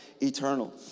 eternal